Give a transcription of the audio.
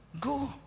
Go